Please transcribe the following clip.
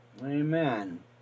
Amen